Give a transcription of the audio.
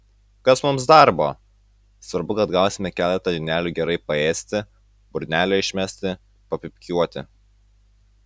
kas mums darbo svarbu kad gausime keletą dienelių gerai paėsti burnelę išmesti papypkiuoti